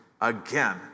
again